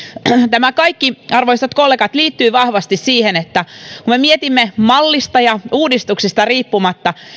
tämä kaikki arvoisat kollegat liittyy vahvasti siihen että kun me mietimme mallista ja uudistuksista riippumatta